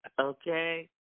Okay